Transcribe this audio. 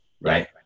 right